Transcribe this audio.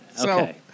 Okay